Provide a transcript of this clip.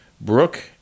Brooke